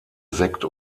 sekt